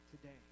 today